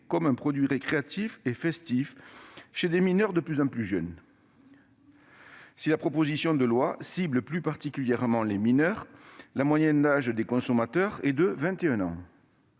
comme un produit récréatif et festif chez des mineurs de plus en plus jeunes. Si la proposition de loi cible plus particulièrement les mineurs, la moyenne d'âge des consommateurs est de 21 ans.